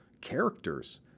characters